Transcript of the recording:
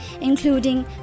including